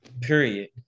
period